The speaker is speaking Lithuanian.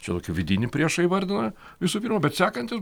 čia tokį vidinį priešą įvardina visų pirma bet sekantis